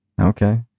Okay